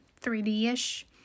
3D-ish